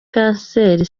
kanseri